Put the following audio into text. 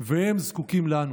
והם זקוקים לנו.